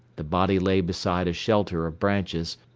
the body lay beside a shelter of branches,